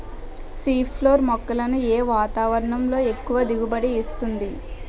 C four మొక్కలను ఏ వాతావరణంలో ఎక్కువ దిగుబడి ఇస్తుంది?